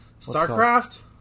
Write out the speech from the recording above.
StarCraft